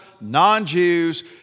non-Jews